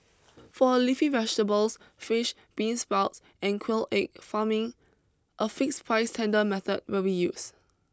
for leafy vegetables fish bean sprouts and quail egg farming a fixed price tender method will be used